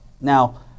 Now